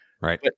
right